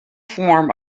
form